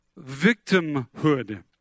victimhood